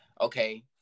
okay